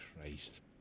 Christ